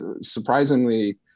surprisingly